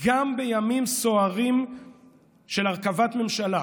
גם בימים סוערים של הרכבת ממשלה,